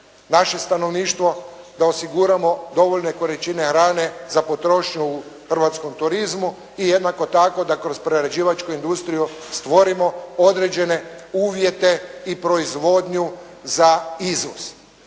naše stanovništvo, da osiguramo dovoljne količine hrane za potrošnju u hrvatskom turizmu i jednako tako da kroz prerađivačku industriju stvorimo određene uvjete i proizvodnju za izvoz.